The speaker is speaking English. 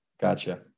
gotcha